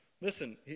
Listen